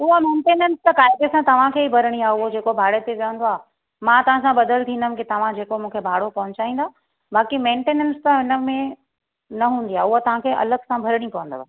उहो मैंटेनेंस त काई पैसा तव्हांखे ई भरिणी आहे उहो जेको भाड़े ते रहंदो आहे मां तव्हां सां बदल थींदमि की तव्हां जेको मूंखे भाड़ो पहुचाईंदव बाक़ी मैंटेनेंस त इन में न हूंदी आहे उहो तव्हां खे अलॻि सां भरिणी पवंदव